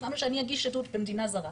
למה שאני אגיש עדות במדינה זרה,